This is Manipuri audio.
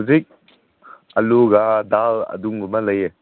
ꯍꯧꯖꯤꯛ ꯑꯥꯂꯨꯒ ꯗꯥꯜ ꯑꯗꯨꯒꯨꯝꯕ ꯂꯩꯑꯦ